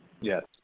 yes